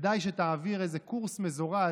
כדאי שתעביר איזה קורס מזורז,